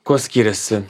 kuo skiriasi